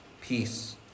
peace